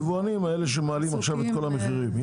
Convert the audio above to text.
היבואנים, אלה שמעלים עכשיו את כל המחירים.